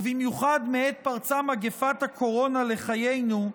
ובמיוחד מעת פרצה מגפת הקורונה לחיינו,